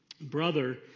brother